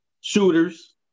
Shooters